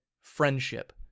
friendship